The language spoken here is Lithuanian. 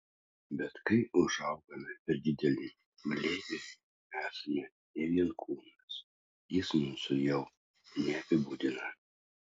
bet kai užaugame per dideli glėbiui esame ne vien kūnas jis mūsų jau neapibūdina